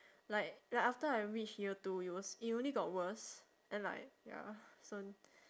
like like after I reach year two it was it only got worse and like ya so